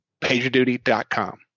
PagerDuty.com